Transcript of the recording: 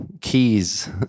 keys